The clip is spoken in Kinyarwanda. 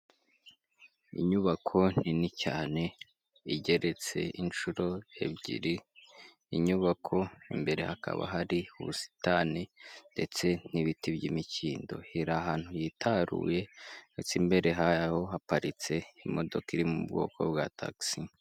Inyubako nini cyane igeretse inshuro ebyiri, inyubako imbere hakaba hari ubusitani ndetse n'ibiti by'imikindo, iri ahantu yitaruye ndetse imbere haho haparitse imodoka iri mu bwoko bwa tagisi.